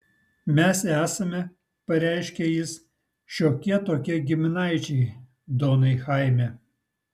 mes esame pareiškė jis šiokie tokie giminaičiai donai chaime